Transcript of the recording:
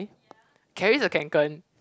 carries a Kanken